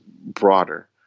broader